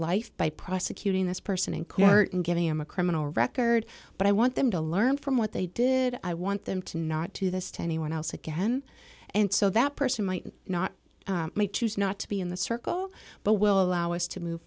life by prosecuting this person in kirton giving him a criminal record but i want them to learn from what they did i want them to not do this to anyone else again and so that person might not choose not to be in the circle but will allow us to move